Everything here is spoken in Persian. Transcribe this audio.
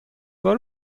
بار